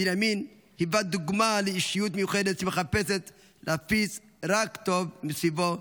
בנימין היווה דוגמה לאישיות מיוחדת שמחפשת להפיץ רק טוב מסביבו.